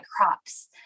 crops